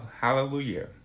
hallelujah